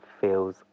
feels